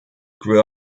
grew